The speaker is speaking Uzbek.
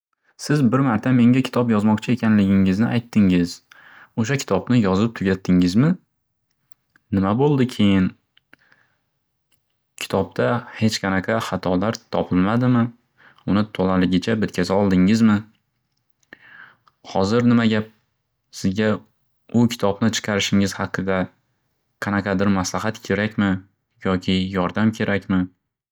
Siz bir marta menga kitob yozmoqchi ekanligingizni aytdingiz. O'sha kitobni yozib tugatdingizmi? Nima bo'ldi keyin? Kitobda hech qanaqa xatolar topilmadimi? Uni to'laligicha bitkaza oldingizmi? Hozir nima gap? Sizga u kitiobni chiqar haqida qanaqadir maslaxat kerakmi yoki yordam kerakmi?